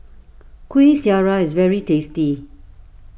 Kueh Syara is very tasty